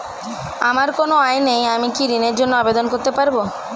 আমার কোনো আয় নেই আমি কি ঋণের জন্য আবেদন করতে পারব?